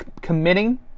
committing